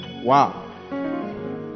wow